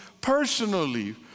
personally